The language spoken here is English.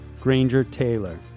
Granger-Taylor